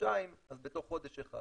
חודשיים אז בתוך חודש אחד